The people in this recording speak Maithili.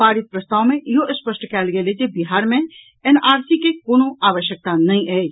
पारित प्रस्ताव मे इहो स्पष्ट कयल गेल अछि जे बिहार मे एनआरसी के कोनो आवश्यकता नहि अछि